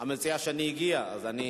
המציע השני הגיע, אז אני